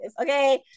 Okay